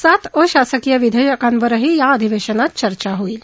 सात अशासकीय विधेयकांवरही अधिवेशनात चर्चा होईल